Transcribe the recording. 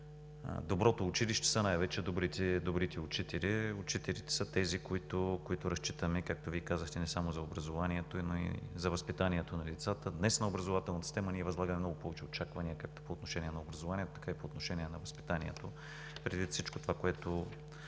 Доброто училище са най-вече добрите учители. Учителите са тези, на които разчитаме, както Вие казахте, не само за образованието, но и за възпитанието на децата. Днес на образователната система ние възлагаме много повече очаквания както по отношение на образованието, така и по отношение на възпитанието – предвид всичко това, което